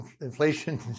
Inflation